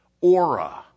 aura